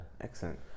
Excellent